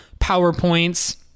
powerpoints